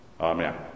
Amen